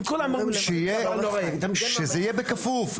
אמרנו שזה יהיה בכפוף.